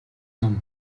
ном